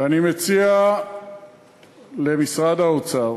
ואני מציע למשרד האוצר